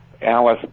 Alice